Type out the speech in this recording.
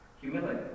Humility